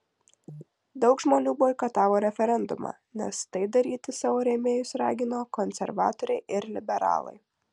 daug žmonių boikotavo referendumą nes tai daryti savo rėmėjus ragino konservatoriai ir liberalai